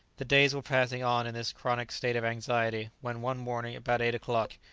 the days were passing on in this chronic state of anxiety, when one morning about eight o'clock,